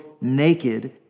naked